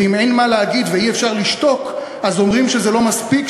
ואם אין מה להגיד ואי-אפשר לשתוק אז אומרים שזה לא מספיק,